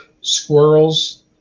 squirrels